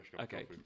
Okay